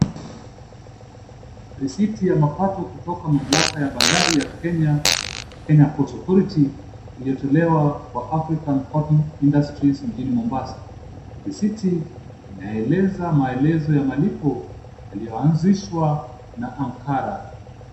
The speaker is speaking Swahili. Risiti ya mapato kutoka mamlaka bandari ya Kenya Kenya Ports Authority imetolewa kwa African coding industries mjini Mombasa. Risiti inaeleza maelezo ya malipo yalioanzishwa na ankara.